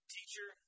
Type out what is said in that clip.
Teacher